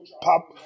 pop